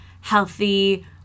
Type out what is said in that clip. healthy